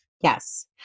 Yes